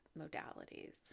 modalities